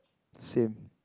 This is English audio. same